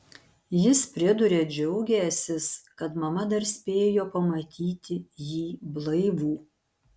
jis priduria džiaugiąsis kad mama dar spėjo pamatyti jį blaivų